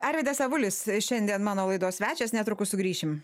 arvydas avulis šiandien mano laidos svečias netrukus sugrįšim